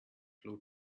flew